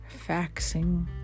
faxing